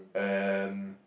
and